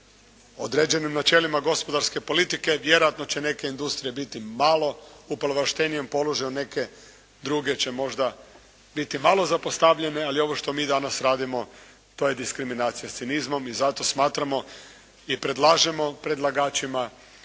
određenim načelima gospodarske politike. Vjerojatno će neke industrije biti malo u povlaštenijem položaju, neke druge će možda biti malo zapostavljene ali ovo što mi danas radimo to je diskriminacija s cinizmom i zato smatramo i predlažemo predlagačima